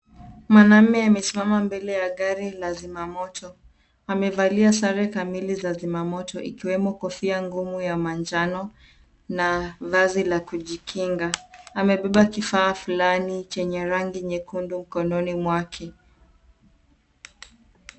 Mwanaume amesimama mbele ya gari la zima moto. Amevalia sare kamili za zima moto ikiwemo kofia ngumu ya manjano na vazi la kujikinga. Amevaa kifaa fulani chenye rangi nyekundu mkononi mwake.